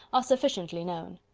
are sufficiently known.